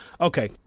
Okay